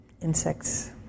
insects